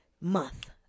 Month